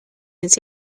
his